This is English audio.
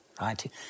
right